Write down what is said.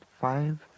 five